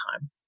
time